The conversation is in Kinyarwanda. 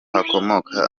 hakomoka